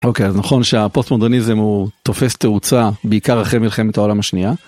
אוקיי, אז נכון שהפוסט-מודרניזם הוא תופס תאוצה, בעיקר אחרי מלחמת העולם השנייה